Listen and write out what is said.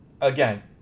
again